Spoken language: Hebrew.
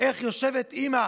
איך יושבת אימא